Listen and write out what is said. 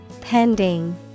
Pending